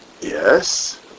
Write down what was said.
Yes